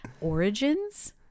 origins